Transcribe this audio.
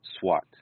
SWAT